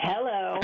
Hello